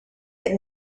had